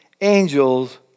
angels